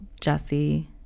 Jesse